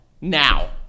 now